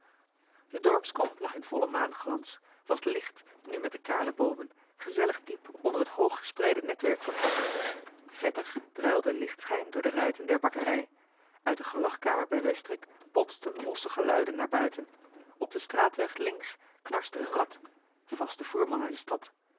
de dorpskom lag in volle maan glans was licht nu met de kale boomen gezellig diep onder het hooggespreide netwerk van takken vettig druilde lichtschijn door de ruiten der bakkerij uit de gelagkamer bij westrik botsten losse geluiden naar buiten op den straatweg links knarste een rad vast de voerman uit de stad